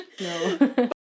No